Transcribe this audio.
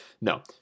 no